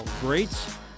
greats